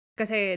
kasi